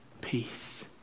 peace